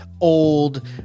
old